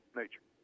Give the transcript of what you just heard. nature